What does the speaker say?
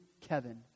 Kevin